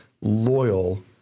loyal